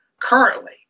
currently